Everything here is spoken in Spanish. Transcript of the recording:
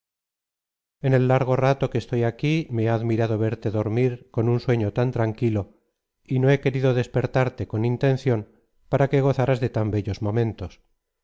en el largo rato que estoy aquí me he admirado verte dormir con platón obras completas edición de patricio de azcárate tomo adrid un sueño tan tranquilo y no he querido despertarte con intención para que gozaras de tan bellos momentos